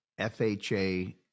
FHA